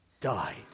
Died